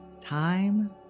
Time